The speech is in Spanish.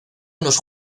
unos